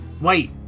Wait